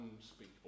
unspeakable